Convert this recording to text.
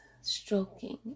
stroking